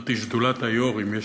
זאת שדולת היו"רים.